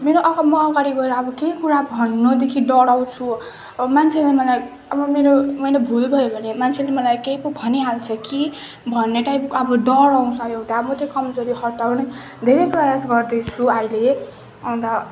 मेरो अग म अगाडि गएर अब केही कुरा भन्नुदेखि डराउँछु मान्छेले मलाई अब मेरो मैले भूल भयो भने मान्छेले मलाई केही पो भनिहाल्छ कि भन्ने टाइपको अब डर आउँछ एउटा म त्यो कमजोरी हटाउने धेरै प्रयास गर्दैछु अहिले अन्त